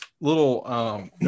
little